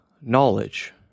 knowledge